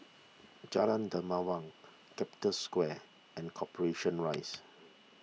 Jalan Dermawan Capital Square and Corporation Rise